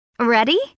Ready